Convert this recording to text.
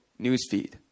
newsfeed